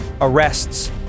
arrests